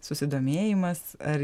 susidomėjimas ar